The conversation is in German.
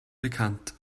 bekannt